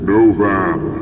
Novan